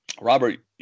Robert